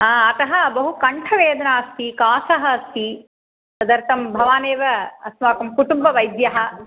हा अतः बहु कण्ठवेदना अस्ति कासः अस्ति तदर्थं भवानेव अस्माकं कुटुम्बवैद्यः